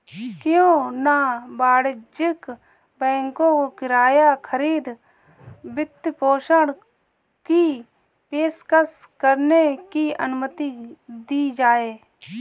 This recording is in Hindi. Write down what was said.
क्यों न वाणिज्यिक बैंकों को किराया खरीद वित्तपोषण की पेशकश करने की अनुमति दी जाए